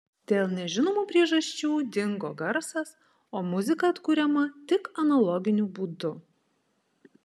dėl nežinomų priežasčių dingo garsas o muzika atkuriama tik analoginiu būdu